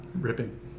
ripping